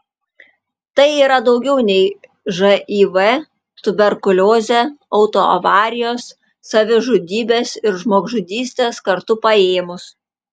tai yra daugiau nei živ tuberkuliozė autoavarijos savižudybės ir žmogžudystės kartu paėmus